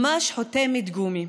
ממש חותמת גומי.